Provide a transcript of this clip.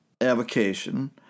avocation